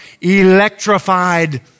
Electrified